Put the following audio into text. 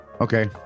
Okay